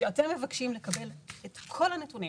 כשאתם מבקשים לקבל את כל הנתונים